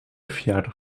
verjaardag